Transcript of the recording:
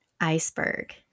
iceberg